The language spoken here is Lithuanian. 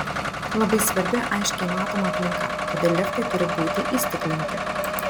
labai svarbi aiškiai matoma aplinka todėl liftai turi būti įstiklinti